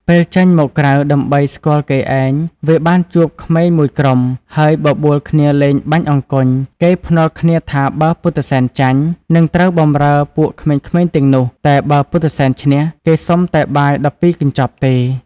ពេលចេញមកក្រៅដើម្បីស្គាល់គេឯងវាបានជួបក្មេងមួយក្រុម ហើយបបួលគ្នាលេងបាញ់អង្គុញ គេភ្នាល់គ្នាថាបើពុទ្ធសែនចាញ់ នឹងត្រូវបម្រើពួកក្មេងៗទាំងនោះ តែបើពុទ្ធិសែនឈ្នះគេសុំតែបាយ១២កញ្ចប់ទេ។